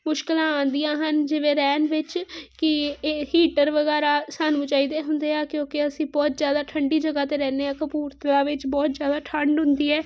ਮੁਸ਼ਕਲਾਂ ਆਉਂਦੀਆਂ ਹਨ ਜਿਵੇਂ ਰਹਿਣ ਵਿੱਚ ਕਿ ਇਹ ਹੀਟਰ ਵਗੈਰਾ ਸਾਨੂੰ ਚਾਹੀਦੇ ਹੁੰਦੇ ਹੈ ਕਿਉਂਕਿ ਅਸੀਂ ਬਹੁਤ ਜ਼ਿਆਦਾ ਠੰਡੀ ਜਗ੍ਹਾ 'ਤੇ ਰਹਿੰਦੇ ਹਾਂ ਕਪੂਰਥਲਾ ਵਿੱਚ ਬਹੁਤ ਜ਼ਿਆਦਾ ਠੰਡ ਹੁੰਦੀ ਹੈ